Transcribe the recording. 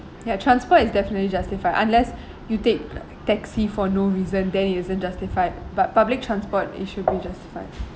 ya transport is definitely justified unless you take taxi for no reason then it isn't justified but public transport it should be justified